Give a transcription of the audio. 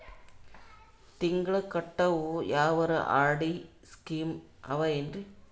ತಿಂಗಳ ಕಟ್ಟವು ಯಾವರ ಆರ್.ಡಿ ಸ್ಕೀಮ ಆವ ಏನ್ರಿ?